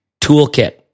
toolkit